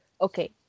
Okay